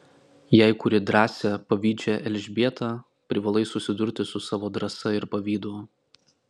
jei kuri drąsią pavydžią elžbietą privalai susidurti su savo drąsa ir pavydu